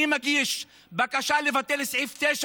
אני מגיש בקשה לבטל את סעיף 9,